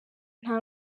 nta